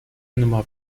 nummer